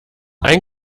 ein